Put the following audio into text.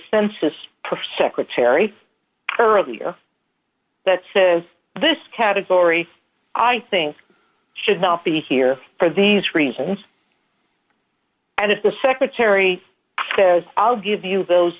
census prefer secretary earlier that says this category i think should not be here for these reasons and if the secretary says i'll give you those